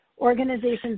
organizations